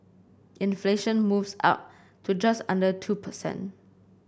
inflation moves up to just under two per cent